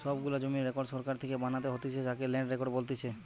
সব গুলা জমির রেকর্ড সরকার থেকে বানাতে হতিছে যাকে ল্যান্ড রেকর্ড বলতিছে